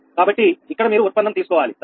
కాబట్టి ఇక్కడ మీరు ఉత్పన్నం తీసుకోవాలి సరేనా